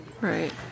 Right